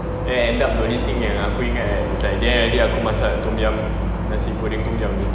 then end up the only thing yang aku ingat kan is like there already aku masak tom yum nasi goreng tom yum seh